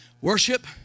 Worship